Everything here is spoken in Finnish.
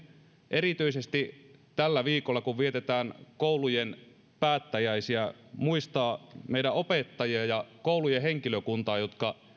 erityisesti tällä viikolla kun vietetään koulujen päättäjäisiä muistaa meidän opettajia ja koulujen henkilökuntaa jotka